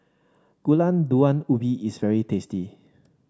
Gulai Daun Ubi is very tasty